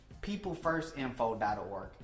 peoplefirstinfo.org